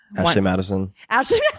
ah ashley madison? ashley